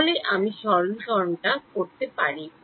তাহলে আমি এই সরলীকরণটা করতে পারি